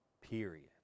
period